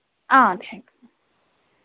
thanks